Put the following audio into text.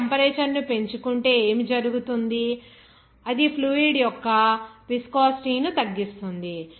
మనము టెంపరేచర్ ను పెంచుకుంటే ఏమి జరుగుతుంది అది ఫ్లూయిడ్ యొక్క విస్కోసిటీ ని తగ్గిస్తుంది